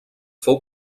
fou